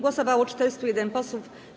Głosowało 401 posłów.